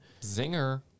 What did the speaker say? Zinger